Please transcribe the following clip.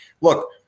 look